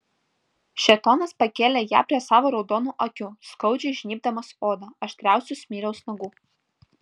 šėtonas pakėlė ją prie savo raudonų akių skaudžiai žnybdamas odą aštriausiu smiliaus nagu